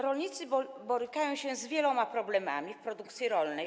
Rolnicy borykają się z wieloma problemami w produkcji rolnej.